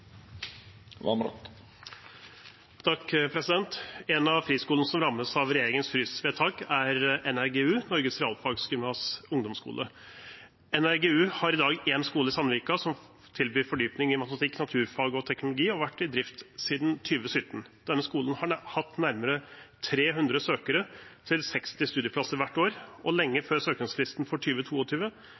En av friskolene som rammes av regjeringens frysvedtak, er NRG-U, Norges Realfagsgymnas Ungdomsskole. NRG-U har i dag en skole i Sandvika. Den tilbyr fordypning i matematikk, naturfag og teknologi og har vært i drift siden 2017. Denne skolen har hatt nærmere 300 søkere til 60 studieplasser hvert år, og lenge før søknadsfristen for